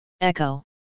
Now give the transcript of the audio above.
Echo